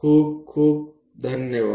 खूप खूप धन्यवाद